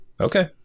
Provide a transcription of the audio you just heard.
Okay